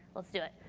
let's do it.